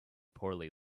poorly